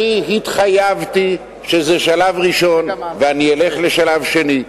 אני התחייבתי שזה שלב ראשון, ואני אלך לשלב שני.